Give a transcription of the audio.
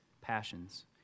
passions